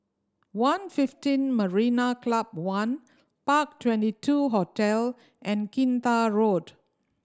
one fifteen Marina Club One Park Twenty two Hotel and Kinta Road